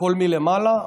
הכול מלמעלה,